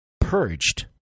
purged